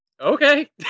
Okay